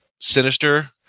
sinister